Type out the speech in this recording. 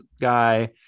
guy